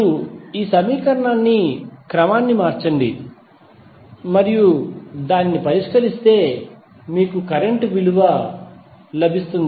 మీరు ఈ సమీకరణాన్ని క్రమాన్ని మార్చండి మరియు పరిష్కరిస్తే కరెంట్ I110